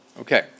Okay